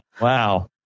Wow